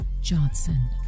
Johnson